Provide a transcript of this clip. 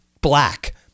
black